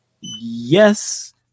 Yes